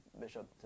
bishop